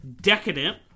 Decadent